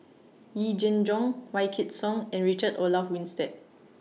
Yee Jenn Jong Wykidd Song and Richard Olaf Winstedt